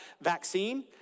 vaccine